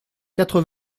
quatre